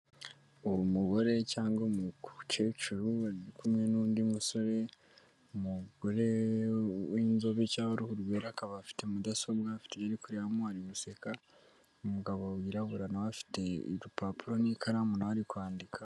Umugore cyangwa umukecuru ari kumwe n'undi musore, umugore w'inzobe cyangwa w'uruhu rwera akaba afite mudasobwa, afite ibyo ari kurebamo ari guseka, umugabo wirabura na we afite urupapuro n'ikaramu na we ari kwandika